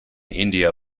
india